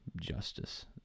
justice